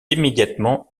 immédiatement